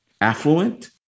affluent